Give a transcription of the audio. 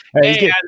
Hey